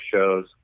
shows